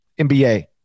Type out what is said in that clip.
NBA